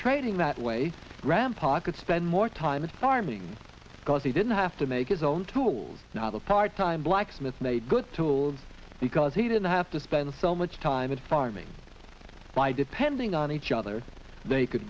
trading that way grandpa could spend more time in farming because he didn't have to make his own tools not a part time blacksmith made good tools because he didn't have to spend so much time at farming by depending on each other they could